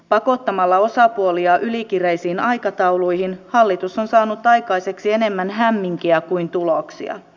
pakottamalla osapuolia ylikireisiin aikatauluihin hallitus on saanut aikaiseksi enemmän hämminkiä kuin tuloksia